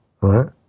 right